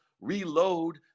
reload